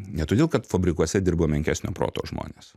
ne todėl kad fabrikuose dirbo menkesnio proto žmonės